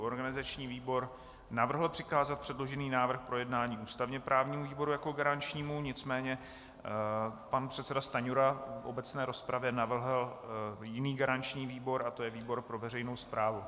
Organizační výbor navrhl přikázat předložený návrh k projednání ústavněprávnímu výboru jako garančnímu, nicméně pan předseda Stanjura v obecné rozpravě navrhl jiný garanční výbor a to je výbor pro veřejnou správu.